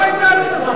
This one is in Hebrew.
כל ההתנהלות הזאת.